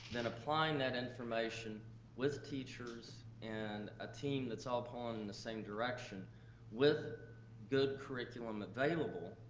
then applying that information with teachers and a team that's all pulling in the same direction with good curriculum available,